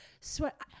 sweat